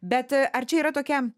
bet ar čia yra tokia